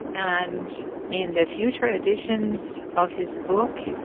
and in the future ah editions of his book,